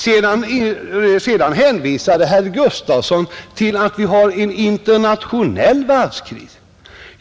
Herr Gustafson i Göteborg hänvisade till att vi har en internationell varvskris.